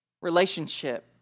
relationship